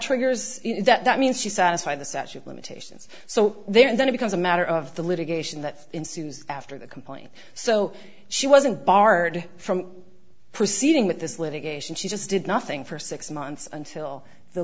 triggers that that means she satisfied the statue of limitations so there and then it becomes a matter of the litigation that ensues after the complaint so she wasn't barred from proceeding with this litigation she just did nothing for six months until the